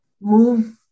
move